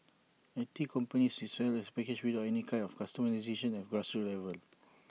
I T companies will sell as A package without any kind of customisation at A grassroots level